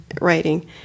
writing